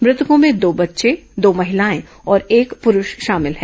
मृतकों में दो बच्चे दो महिलाएं और एक पुरूष शामिल हैं